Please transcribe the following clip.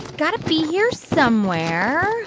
got to be here somewhere.